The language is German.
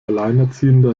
alleinerziehende